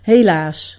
Helaas